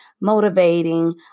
motivating